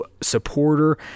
supporter